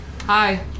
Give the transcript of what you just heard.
Hi